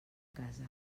casa